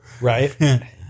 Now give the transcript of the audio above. Right